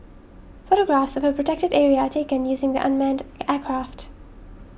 photographs of a Protected Area are taken using the unmanned aircraft